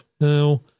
now